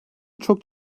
çok